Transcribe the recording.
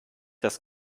das